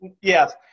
Yes